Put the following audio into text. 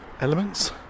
elements